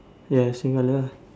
ya same colour ah